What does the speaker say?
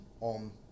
on